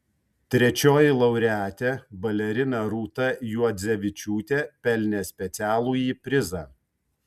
trečioji laureatė balerina rūta juodzevičiūtė pelnė specialųjį prizą